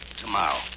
tomorrow